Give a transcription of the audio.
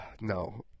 No